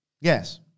yes